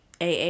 AA